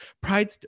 Pride